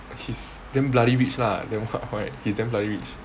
he's damn bloody rich lah damn fuck why he's damn rich